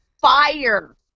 fire